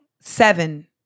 seven